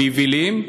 יבילים,